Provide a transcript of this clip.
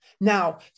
Now